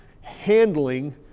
handling